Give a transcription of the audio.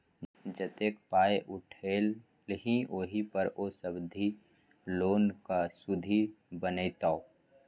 जतेक पाय उठेलही ओहि पर ओ सावधि लोनक सुदि बनितौ